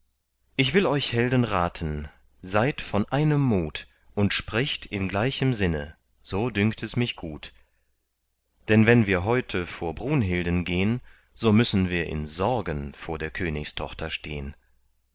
ich will euch helden raten seid all von einem mut und sprecht in gleichem sinne so dünkt es mich gut denn wenn wir heute vor brunhilden gehn so müssen wir in sorgen vor der königstochter stehn